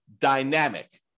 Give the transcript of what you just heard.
dynamic